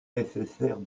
nécessaire